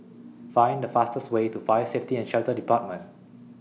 Find The fastest Way to Fire Safety and Shelter department